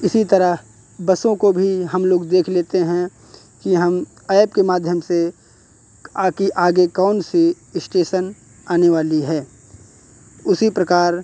इसी तरह बसों को भी हम लोग देख लेते हैं कि हम ऐप के माध्यम से कि आगे कौन सी स्टेशन आने वाली है उसी प्रकार